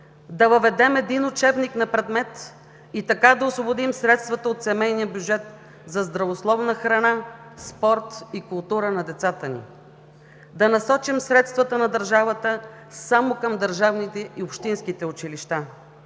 да въведем един учебник на предмет и така да освободим средствата от семейния бюджет за здравословна храна, спорт и култура на децата ни, да насочим средствата на държавата само към държавните и общинските училища